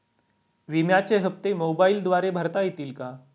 विम्याचे हप्ते मोबाइलद्वारे भरता येतील का?